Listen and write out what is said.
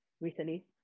recently